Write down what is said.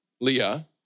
Leah